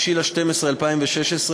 6 בדצמבר 2016,